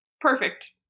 perfect